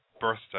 birthday